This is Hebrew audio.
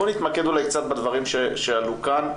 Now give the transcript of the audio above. בוא נתמקד אולי בדברים שעלו כאן,